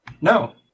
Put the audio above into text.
No